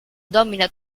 domina